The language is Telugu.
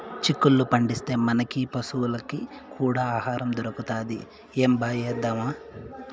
చిక్కుళ్ళు పండిస్తే, మనకీ పశులకీ కూడా ఆహారం దొరుకుతది ఏంబా ఏద్దామా